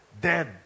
Dead